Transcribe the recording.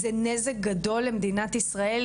זה נזק גדול למדינת ישראל,